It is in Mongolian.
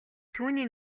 түүний